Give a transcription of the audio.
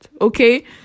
okay